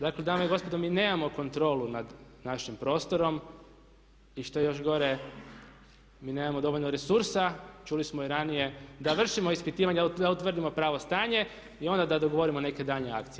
Dakle dame i gospodo mi nemamo kontrolu nad našim prostorom i što je još gore mi nemamo dovoljno resursa, čuli smo i ranije da vršimo ispitivanja da utvrdimo pravo stanje i onda da dogovorimo neke daljnje akcije.